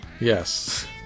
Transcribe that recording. Yes